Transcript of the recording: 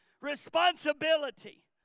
Responsibility